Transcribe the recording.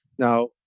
Now